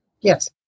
Yes